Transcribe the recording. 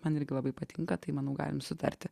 man irgi labai patinka tai manau galim sutarti